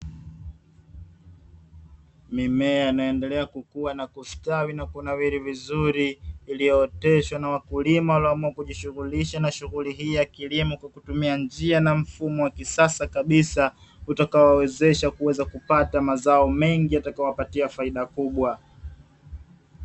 Mimea inaendelea kukuwa na kustawi na kunawiri vizuri, iliyooteshwa na wakulima walioamua kujishughulisha na shughuli hii ya kilimo kwa kutumia njia na mfumo wa kisasa, kabisa utakao wawezesha kuweza kupata mazao mengi yatakayowapatia faida kubwa.